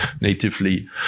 natively